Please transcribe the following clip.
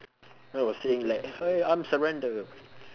oh saying like hey I'm surrender